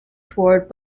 towards